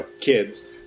kids